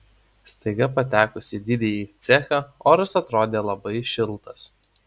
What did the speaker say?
staiga patekus į didįjį cechą oras atrodė labai šiltas